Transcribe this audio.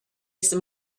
some